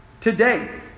today